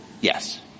Yes